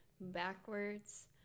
backwards